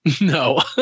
No